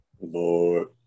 Lord